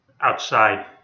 outside